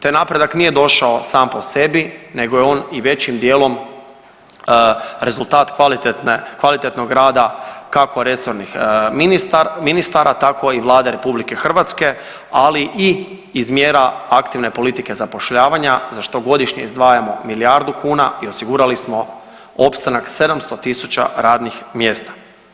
Taj napredak nije došao sam po sebi nego je on i većim dijelom rezultat kvalitetnog rada kako resornih ministara tako i Vlade RH, ali i iz mjera aktivne politike zapošljavanja za što godišnje izdvajamo milijardu kuna i osigurali smo opstanak 700.000 radnih mjesta.